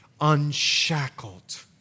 unshackled